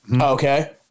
Okay